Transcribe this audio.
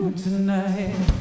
tonight